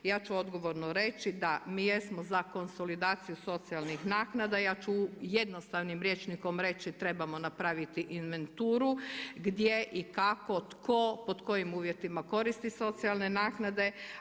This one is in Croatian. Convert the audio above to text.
Ja ću odgovorno reći da mi jesmo za konsolidaciju socijalnih naknada, ja ću jednostavnim rječnikom reći trebamo napraviti inventuru gdje i kako, tko, pod kojim uvjetima koristi socijalne naknade.